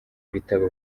ibitabo